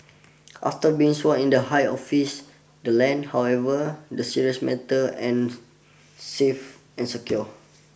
after being sworn in the high office the land however the serious matter and safe and secure